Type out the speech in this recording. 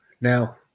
Now